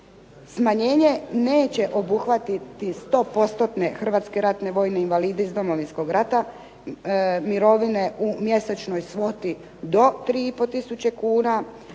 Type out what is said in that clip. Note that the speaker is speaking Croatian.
Smanjenje neće obuhvatiti stopostotne hrvatske ratne vojne invalide iz Domovinskog rata, mirovine u mjesečnoj svoti do 3 i